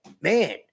Man